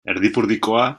erdipurdikoa